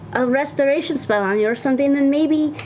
a restoration spell on you or something and maybe,